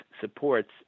supports